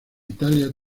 italia